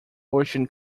ocean